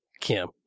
Kim